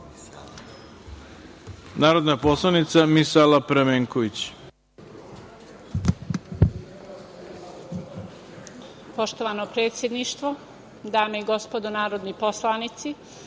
Narodna poslanica Misala Pramenković